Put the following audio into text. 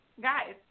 guys